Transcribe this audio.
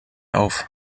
auf